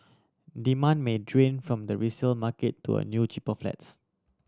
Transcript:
demand may drain from the resale market to a new cheaper flats